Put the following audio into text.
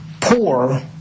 poor